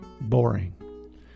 boring